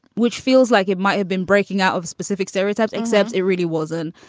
which feels like it might have been breaking out of specific stereotype, except it really wasn't.